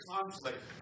conflict